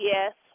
Yes